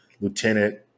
lieutenant